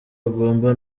hagomba